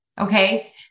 Okay